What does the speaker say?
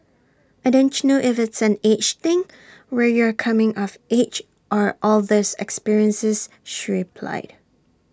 I don't know if it's an age thing where you're coming of age or all these experiences she replied